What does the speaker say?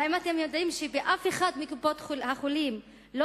האם אתם יודעים שאף אחת מקופות-החולים לא